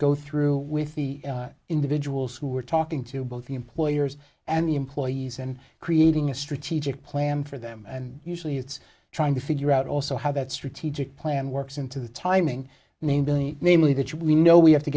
go through with the individuals who are talking to both the employers and the employees and creating a strategic plan for them and usually it's trying to figure out also how that strategic plan works into the timing name billy namely that we know we have to